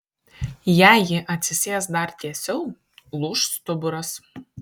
jei ji atsisės dar tiesiau lūš stuburas